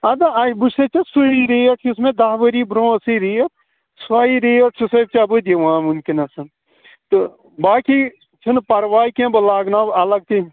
اَدٕ ہاے بہٕ چھُسٕے ژےٚ سُے ریٹ یُس مےٚ دَہ ؤری برٛونٛہہ ٲسٕے ریٹ سۄے ریٹ چھُسٕے ژےٚ بہٕ دِوان وُنکٮ۪نَس تہٕ باقٕے چھِنہٕ پَرواے کیٚنٛہہ بہٕ لاگناو الگ تہِ